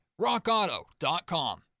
rockauto.com